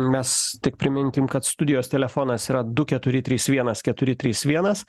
mes tik priminkim kad studijos telefonas yra du keturi trys vienas keturi trys vienas